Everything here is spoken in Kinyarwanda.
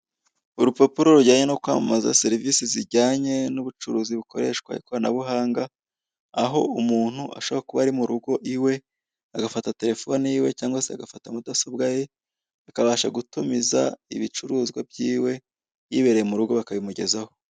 Urupapuro rujyanye no kwamamaza serivise zijyanye n'ubucuruzi bukoreshwa ikoranabuhanga, aho umuntu ashobora kuba ari mu rugo iwe, agafata telefone yiwe cyangwa se agafata mudasobwa ye akabasha gutumiza ibicuruzwa byawe yibereye mu rugo bakabimugezaho.